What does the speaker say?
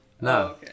No